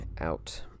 out